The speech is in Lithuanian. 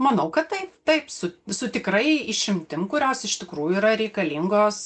manau kad tai taip su su tikrai išimtim kurios iš tikrųjų yra reikalingos